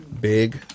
big